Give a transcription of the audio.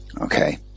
Okay